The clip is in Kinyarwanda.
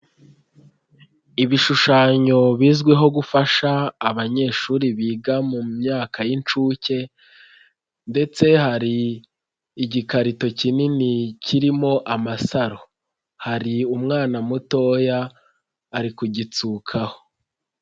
Ibishushanyo bizwiho gufasha abanyeshuri biga mu myaka y'inshuke ndetse hari igikarito kinini kirimo amasaro, hari umwana mutoya ari kugitsukaho.